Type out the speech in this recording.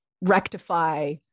rectify